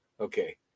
Okay